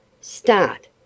Start